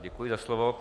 Děkuji za slovo.